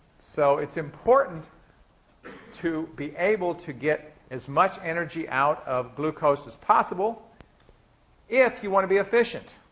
so it's important to be able to get as much energy out of glucose as possible if you want to be efficient.